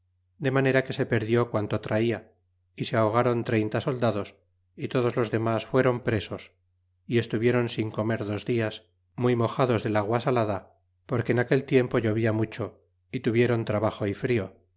de manera que se perdió quanto traia y se ahogáron treinta soldados y todos los demas fuéron presos y estuvieron sin comer dos dias muy mojados del tuviéron agua salada porque en aquel tiempo llovia mucho y tuviéron trabajo y frio